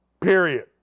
period